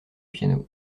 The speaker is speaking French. piano